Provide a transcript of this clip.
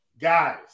Guys